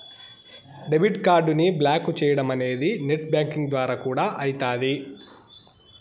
debit కార్డుని block చేయడమనేది net banking ద్వారా కూడా అయితాది